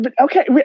okay